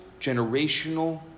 generational